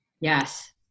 Yes